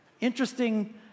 Interesting